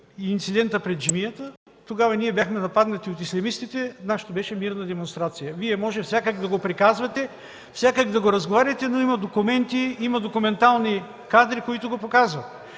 и инцидента пред джамията – тогава бяхме нападнати от ислямистите, нашето беше мирна демонстрация. Вие може всякак да го приказвате и да го разговаряте, но има документи, има документални кадри, които го показват.